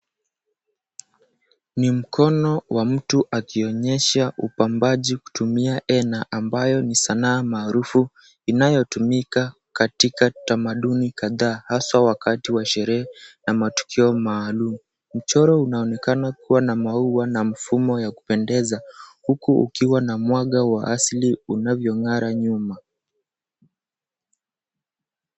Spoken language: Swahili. Ni mkono wa mtu akionyesha upambaji kutumia hena ambayo ni sanaa maarufu inayotumika katika tamaduni kadhaa haswa wakati wa sherehe na matukio maalum. Mchoro unaonekana kuwa na maua na mfumo wa kupendeza, huku ukiwa na mwanga wa asili unavyong'ara nyuma.